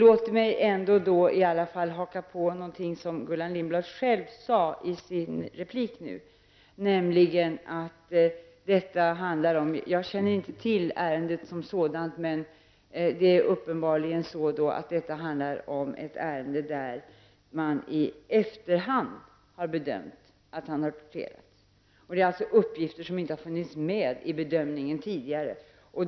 Låt mig ändå haka på någonting som Gullan Lindblad sade i sitt senaste anförande, nämligen att det här uppenbarligen -- jag känner inte till ärendet -- handlar om ett ärende då man i efterhand har bedömt att personen i fråga har torterats. Det rör sig alltså om uppgifter som inte har funnits med vid den tidigare bedömningen.